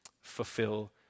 fulfill